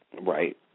Right